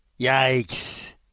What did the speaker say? yikes